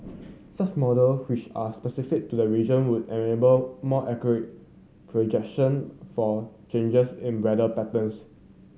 such model which are specific to the region would enable more accurate projection for changes in weather patterns